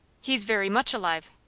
he's very much alive.